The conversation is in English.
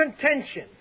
contention